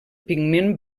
pigment